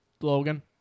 Logan